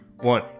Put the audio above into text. one